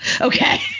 Okay